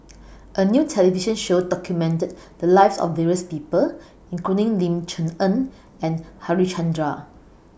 A New television Show documented The Lives of various People including Ling Cher Eng and Harichandra